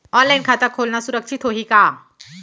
Online खाता खोलना सुरक्षित होही का?